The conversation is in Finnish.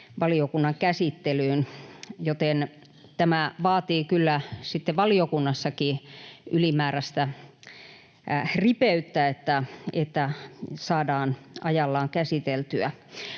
valiokunnan käsittelyyn, joten tämä vaatii kyllä sitten valiokunnassakin ylimääräistä ripeyttä, että se saadaan ajallaan käsiteltyä.